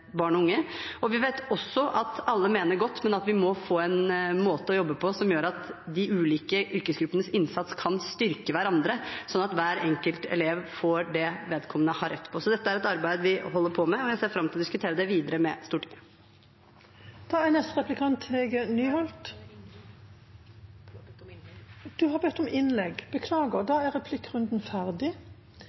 barn og unge, og vi vet også at alle mener godt, men at vi må få en måte å jobbe på som gjør at de ulike yrkesgruppenes innsats kan styrke hverandre, slik at hver enkelt elev får det vedkommende har rett på. Dette er et arbeid vi holder på med, og jeg ser fram til å diskutere det videre med Stortinget. Replikkordskiftet er over. De talere som heretter får ordet, har en taletid på inntil 3 minutter. Jeg må innrømme at jeg er